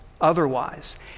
Otherwise